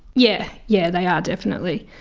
yeah, yeah they are definitely,